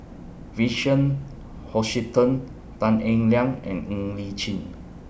Vincent Hoisington Tan Eng Liang and Ng Li Chin